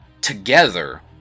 Together